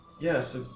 Yes